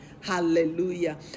hallelujah